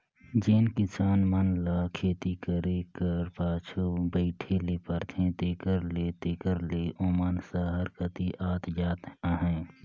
जेन किसान मन ल खेती करे कर पाछू बइठे ले परथे तेकर ले तेकर ले ओमन सहर कती आत जात अहें